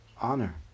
honor